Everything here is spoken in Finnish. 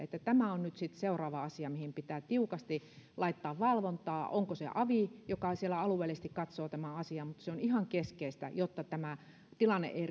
että tämä on nyt sitten seuraava asia mihin pitää tiukasti laittaa valvontaa onko se avi joka siellä alueellisesti katsoo tämän asian mutta se on ihan keskeistä jotta tämä tilanne ei